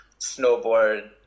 snowboard